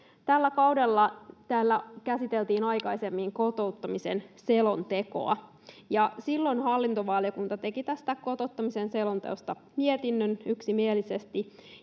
Tällä kaudella täällä käsiteltiin aikaisemmin kotouttamisen selontekoa, ja silloin hallintovaliokunta teki tästä kotouttamisen selonteosta mietinnön yksimielisesti,